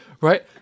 right